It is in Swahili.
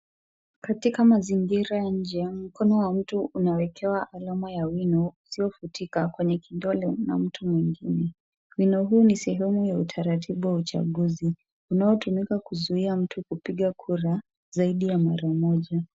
Katika mazingira ya nje, mkono wa mtu unawekewa alama ya wino usiofutika kwenye kidole na mtu mwingine. Wino huu ni sehemu ya utaratibu wa uchaguzi, unaotumika kuzuia mtu kupiga kura zaidi ya mara moja.